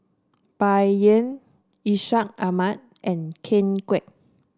Bai Yan Ishak Ahmad and Ken Kwek